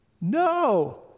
No